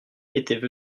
étaient